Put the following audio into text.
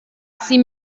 sie